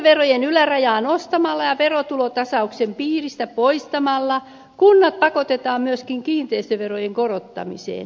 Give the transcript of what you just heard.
kiinteistöverojen ylärajaa nostamalla ja kiinteistövero verotulotasauksen piiristä poistamalla kunnat pakotetaan myöskin kiinteistöverojen korottamiseen